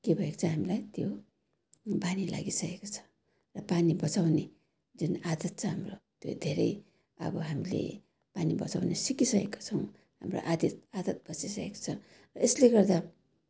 के भएको छ हामीलाई त्यो बानी लागिसकेको छ र पानी बचाउने जुन आदत छ हाम्रो त्यो धेरै अब हामीले पानी बचाउन सिकिसकेका छौँ हाम्रो आद् आदत बसिसकेको छ यसले गर्दा